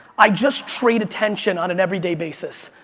i just trade attention on an everyday basis.